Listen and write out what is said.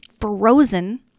frozen